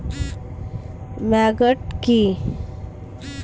Maggot কি?